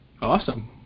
awesome